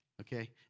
Okay